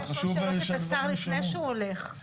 אני רוצה לשאול שאלות את השר לפני שהוא הולך.